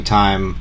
time